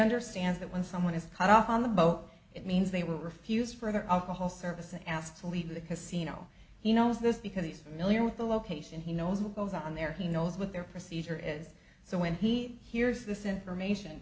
understands that when someone is cut off on the boat it means they were refused for their alcohol service and asked to leave the casino he knows this because he's familiar with the location he knows what goes on there he knows with their procedure is so when he hears this information